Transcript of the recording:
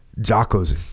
Jocko's